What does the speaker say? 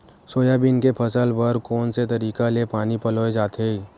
Soybean के फसल बर कोन से तरीका ले पानी पलोय जाथे?